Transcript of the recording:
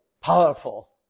powerful